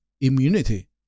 immunity